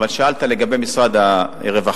אבל שאלת לגבי משרד הרווחה,